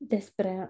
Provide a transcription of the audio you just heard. Despre